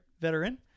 veteran